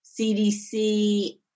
CDC